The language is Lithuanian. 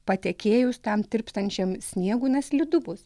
patekėjus tam tirpstančiam sniegui na slidu bus